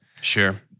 Sure